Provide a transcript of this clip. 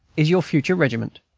is your future regiment.